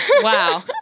Wow